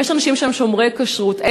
אם יש אנשים שהם שומרי כשרות,